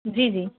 जी जी